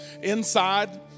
Inside